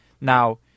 Now